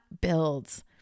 builds